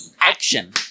Action